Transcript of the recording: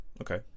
Okay